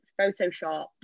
photoshopped